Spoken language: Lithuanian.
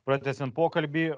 pratęsiant pokalbį